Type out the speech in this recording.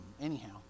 anyhow